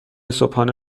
صبحانه